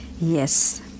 yes